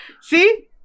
See